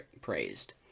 praised